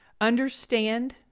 Understand